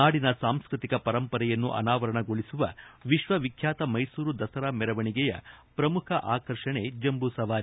ನಾಡಿನ ಸಾಂಸ್ವತಿಕ ಪರಂಪರೆಯನ್ನು ಅನಾವರಣಗೊಳಿಸುವ ವಿಶ್ವವಿಖ್ಯಾತ ಮೈಸೂರು ದಸರಾ ಮೆರವಣಿಗೆಯ ಪ್ರಮುಖ ಆಕರ್ಷಣೆ ಜಂಬೂಸವಾರಿ